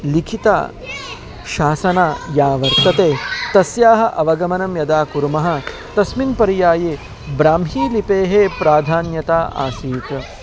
लिखितं शासनं यत् वर्तते तस्य अवगमनं यदा कुर्मः तस्मिन् पर्याये ब्राह्मीलिपेः प्राधान्यता आसीत्